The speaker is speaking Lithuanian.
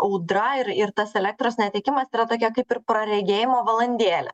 audra ir ir tas elektros netekimas yra tokia kaip ir praregėjimo valandėlė